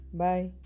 bye